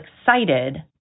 excited